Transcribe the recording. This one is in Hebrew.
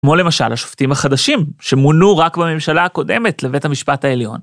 כמו למשל השופטים החדשים שמונו רק בממשלה הקודמת לבית המשפט העליון.